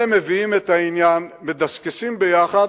אלה מביאים את העניין, מדסקסים ביחד.